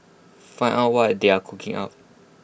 find out what they are cooking up